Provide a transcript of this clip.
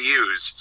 use